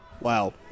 Wow